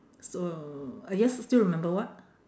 so ah yes still remember what